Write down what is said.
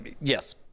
yes